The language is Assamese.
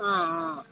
অঁ অঁ